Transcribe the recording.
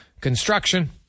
Construction